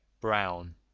brown